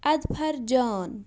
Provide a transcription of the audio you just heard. اَدفَر جان